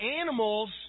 animals